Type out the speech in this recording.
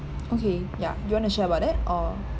okay ya do you want to share about that or